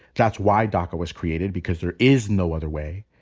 that's why daca was created, because there is no other way.